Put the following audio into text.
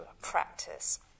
practice